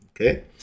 Okay